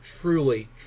truly